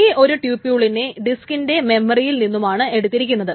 ഈ ഒരു ട്യുപൂളിനെ ഡിസ്കിന്റെ മെമ്മറിയിൽ നിന്നുമാണ് എടുത്തിരിക്കുന്നത്